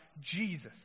Jesus